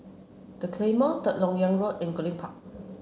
the Claymore Third Lok Yang Road and Goodlink Park